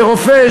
לרופא,